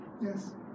Yes